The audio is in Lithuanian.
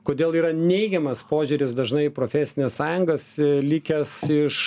kodėl yra neigiamas požiūris dažnai į profesines sąjungas likęs iš